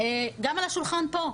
גם על השולחן פה.